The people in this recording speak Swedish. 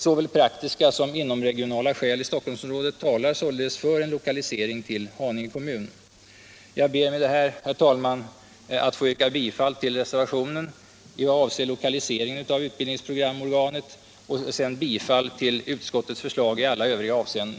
Såväl praktiska som inomregionala skäl i Stockholmsområdet talar således för en lokalisering till Haninge kommun. Jag ber med detta, herr talman, att få yrka bifall till reservationen när det gäller lokaliseringen av utbildningsprogramorganet och till utskottets förslag i alla övriga avseenden.